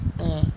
eh